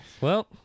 well-